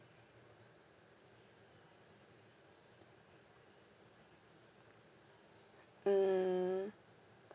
mm